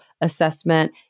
assessment